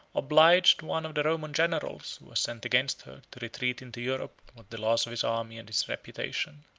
obliged one of the roman generals, who was sent against her, to retreat into europe, with the loss of his army and his reputation.